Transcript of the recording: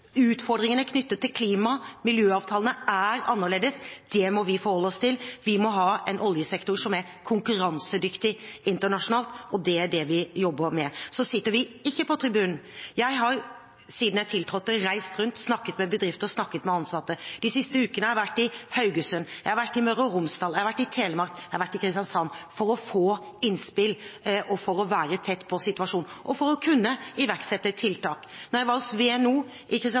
utfordringene knyttet til klima er annerledes, og miljøavtalene er annerledes, og det må vi forholde oss til. Vi må ha en oljesektor som er konkurransedyktig internasjonalt, og det er det vi jobber med. Så sitter vi ikke på tribunen. Jeg har siden jeg tiltrådte, reist rundt og snakket med bedrifter og med ansatte. De siste ukene har jeg vært i Haugesund, jeg har vært i Møre og Romsdal, jeg har vært i Telemark, og jeg har vært i Kristiansand for å få innspill, for å være tett på situasjonen, og for å kunne iverksette tiltak. Da jeg var hos NOV i